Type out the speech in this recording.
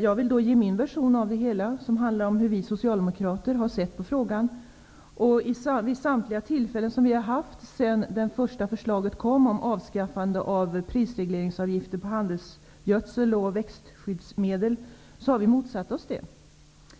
Jag vill då ge min version, som handlar om hur vi socialdemokrater har sett på frågan. Vid samtliga tillfällen som vi har haft sedan det första förslaget kom om avskaffande av prisregleringsavgifter på handelsgödsel och växtskyddsmedel har vi motsatt oss det.